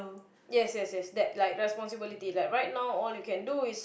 yes yes yes that like the responsibility like right now all you can do is